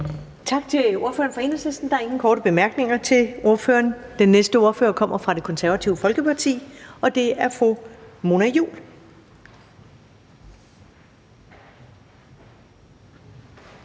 Tak til ordføreren for Enhedslisten. Der er ingen korte bemærkninger til ordføreren. Den næste ordfører kommer fra Det Konservative Folkeparti, og det er fru Mona Juul.